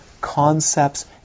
concepts